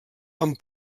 amb